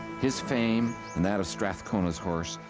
his fame, and that of strathcona's horse,